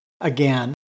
Again